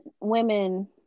women